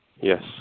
Yes